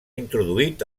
introduït